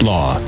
Law